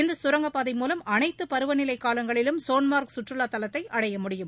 இந்த சுரங்கபாதை மூவம் அனைத்து பருவநிலை காலங்களிலும் சோன்மார்க் கற்றுவா தலத்தை அடைய முடியும்